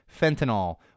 fentanyl